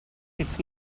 its